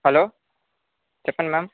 hello చెప్పండి ma'am